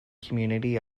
community